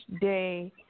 day